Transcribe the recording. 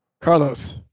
Carlos